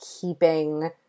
keeping